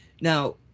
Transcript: Now